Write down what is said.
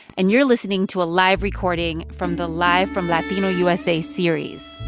and you're listening to a live recording from the live from latino usa series